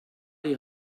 die